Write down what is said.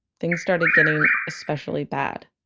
things started getting especially bad